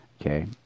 okay